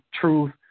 truth